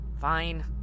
Fine